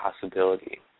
possibility